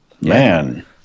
Man